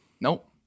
Nope